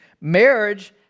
marriage